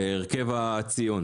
הרכב הציון